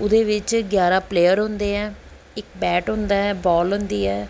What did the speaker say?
ਉਹਦੇ ਵਿੱਚ ਗਿਆਰਾਂ ਪਲੇਅਰ ਹੁੰਦੇ ਹੈ ਇੱਕ ਬੈਟ ਹੁੰਦਾ ਹੈ ਬੋਲ ਹੁੰਦੀ ਹੈ